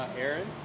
Aaron